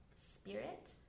spirit